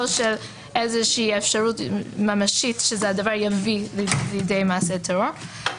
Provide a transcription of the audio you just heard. של איזושהי אפשרות ממשית שהדבר יביא לידי מעשה טרור.